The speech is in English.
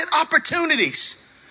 opportunities